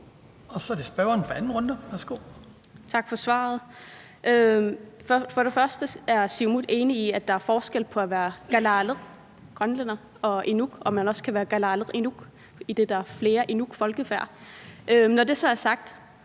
Aki-Matilda Høegh-Dam (SIU): Tak for svaret. For det første er Siumut enige i, at der er forskel på at være kalaaleq, grønlænder, og inuk, og at man også kan være kalaaleq inuk, idet der er flere inuitfolkefærd. Når det så er sagt,